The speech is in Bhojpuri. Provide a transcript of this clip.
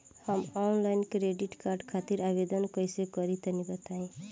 हम आनलाइन क्रेडिट कार्ड खातिर आवेदन कइसे करि तनि बताई?